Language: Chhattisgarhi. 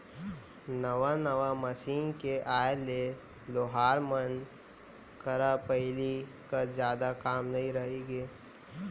नवा नवा मसीन के आए ले लोहार मन करा पहिली कस जादा काम नइ रइगे